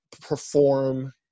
perform